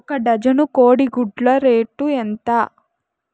ఒక డజను కోడి గుడ్ల రేటు ఎంత?